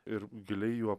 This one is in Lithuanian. ir giliai juo